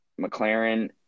McLaren